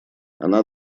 она